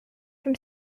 from